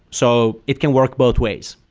so it can work both ways.